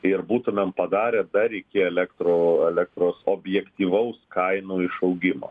ir būtumėm padarę dar iki elektro elektros objektyvaus kainų išaugimo